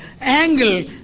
angle